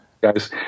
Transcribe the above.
guys